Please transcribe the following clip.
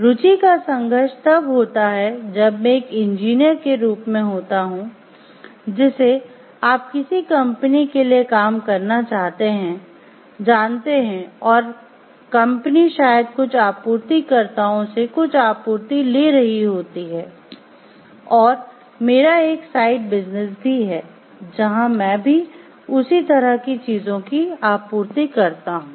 रुचि का संघर्ष तब होता है जब मैं एक इंजीनियर के रूप में होता हूं जिसे आप किसी कंपनी के लिए काम करना जानते हैं और कंपनी शायद कुछ आपूर्तिकर्ताओं से कुछ आपूर्ति ले रही होती है और मेरा एक साइड बिजनेस भी है जहां मैं भी उसी तरह की चीजों की आपूर्ति करता हूं